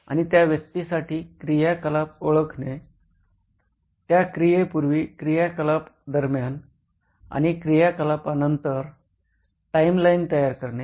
आणि त्या व्यक्तीसाठी क्रियाकलाप ओळखणे त्या क्रिये पूर्वी क्रियाकलाप दरम्यान आणि क्रियाकलापानंतर टाइम लाइन तयार करणे